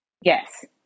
Yes